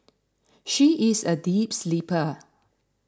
she is a deep sleeper